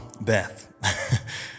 Beth